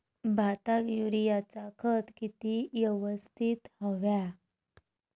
भाताक युरियाचा खत किती यवस्तित हव्या?